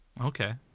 Okay